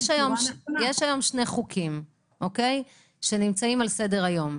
יש היום שני חוקים שנמצאים על סדר היום.